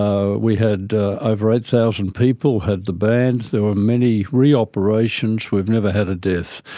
ah we had over eight thousand people had the band, there were many re-operations, we've never had a death.